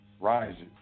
rises